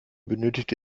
benötigte